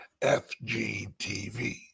FgTV